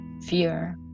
fear